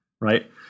Right